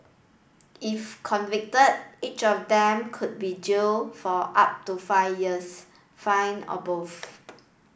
if convicted each of them could be jail for up to five years fine or both